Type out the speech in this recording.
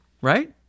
right